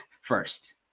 first